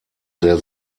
sehr